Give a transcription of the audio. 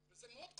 וזה מאוד כואב.